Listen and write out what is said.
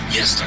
Yes